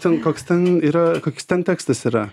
ten koks ten yra koks ten tekstas yra